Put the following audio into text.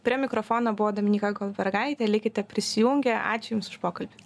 prie mikrofono buvo dominyka goldbergaitė likite prisijungę ačiū jums už pokalbį